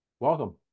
Welcome